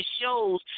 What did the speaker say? shows